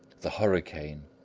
the hurricane,